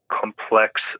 complex